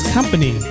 Company